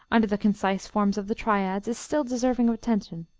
under the concise forms of the triads, is still deserving of attention.